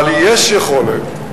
אבל יש יכולת,